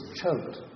choked